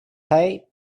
type